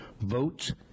votes